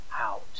out